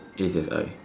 A_C_S_I